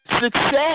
success